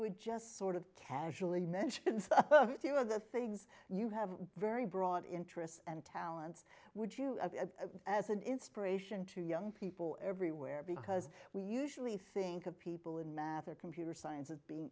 would just sort of casually mention few of the things you have very broad interests and talents would you as an inspiration to young people everywhere because we usually think of people in math or computer science as being